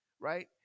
right